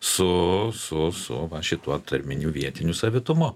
su su su va šituo tarminiu vietiniu savitumu